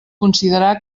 considerar